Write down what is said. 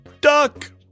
Duck